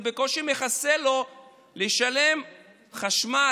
זה בקושי מכסה לו לשלם חשמל.